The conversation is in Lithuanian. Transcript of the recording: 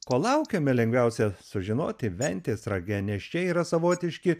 ko laukiame lengviausia sužinoti ventės rage nes čia yra savotiški